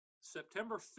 September